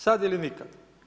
Sad ili nikad.